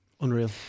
Unreal